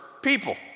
people